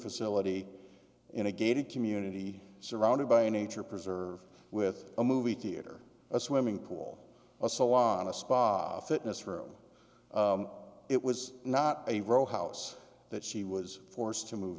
facility in a gated community surrounded by a nature preserve with a movie theater a swimming pool a salon a spa a fitness room it was not a row house that she was forced to move